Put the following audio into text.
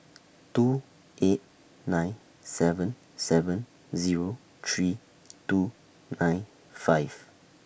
two eight nine seven seven Zero three two nine five